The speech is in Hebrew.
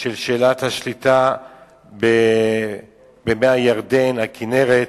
של שאלת השליטה במי הירדן, הכינרת,